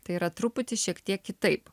tai yra truputį šiek tiek kitaip